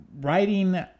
writing